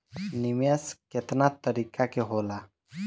निवेस केतना तरीका के होला?